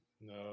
No